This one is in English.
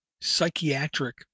psychiatric